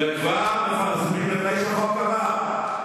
וכבר מפרסמים, לפני שהחוק עבר.